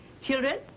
Children